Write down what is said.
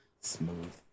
Smooth